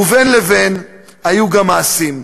ובין לבין היו גם מעשים.